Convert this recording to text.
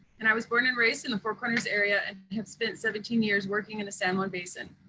and i was born and raised in the four corners area, and have spent seventeen years working in the san juan basin.